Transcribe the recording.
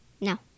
No